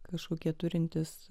kažkokia turintis